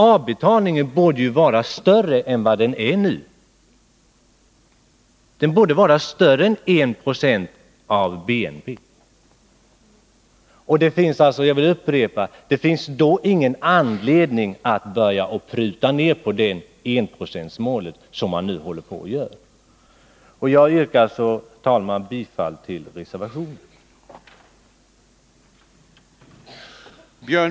Avbetalningen borde vara större än den nu är, 1 20 av BNP. Det finns då ingen anledning att börja pruta på enprocentsmålet, som man nu gör. Jag yrkar, herr talman, bifall till reservationen.